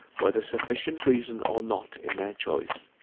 whether sufficient reason or not in their choice.